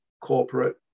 corporate